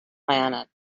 planet